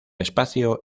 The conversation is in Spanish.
espacio